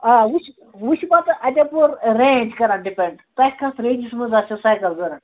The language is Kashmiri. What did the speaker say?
آ وُچھ وُچھِ پَتہٕ اَتہِ اپور رینٛج کَران ڈِپٮ۪نٛڈ تۄہہِ کَتھ رینٛجَس منٛز آسٮ۪و سایکَل ضروٗرت